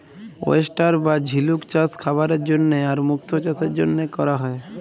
oyster বা ঝিলুক চাস খাবারের জন্হে আর মুক্ত চাসের জনহে ক্যরা হ্যয়ে